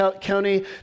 County